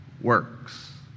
works